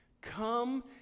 come